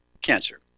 cancer